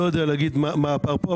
אני לא יודע להגיד מה הפער פה,